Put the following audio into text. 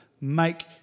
make